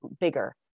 bigger